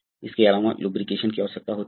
अतः विभिन्न विशेष व्यवस्थाओं की आवश्यकता है